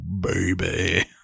baby